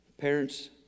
parents